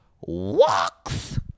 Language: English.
walks